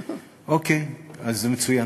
אוקיי, אז מצוין.